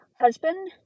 husband